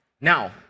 Now